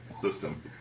system